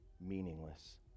meaningless